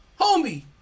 Homie